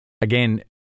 again